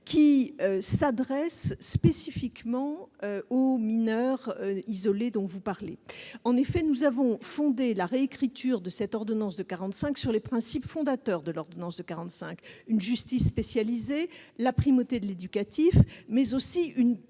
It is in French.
qui concernent spécifiquement les mineurs isolés dont vous parlez. En effet, nous avons fondé cette réécriture de l'ordonnance de 1945 sur les principes fondateurs de cette ordonnance : une justice spécialisée, la primauté de l'éducatif, mais aussi une